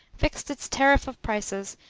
fixed its tariff of prices,